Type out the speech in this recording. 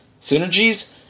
synergies